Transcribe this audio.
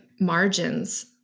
margins